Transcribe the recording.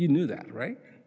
you knew that right